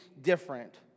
different